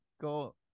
go